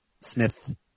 Smith